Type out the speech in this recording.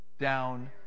down